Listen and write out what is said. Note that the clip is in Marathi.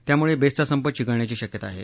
त्यामुळे बेस्टचा संप चिघळण्याची शक्यता आहे